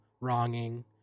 wronging